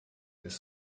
ist